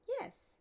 Yes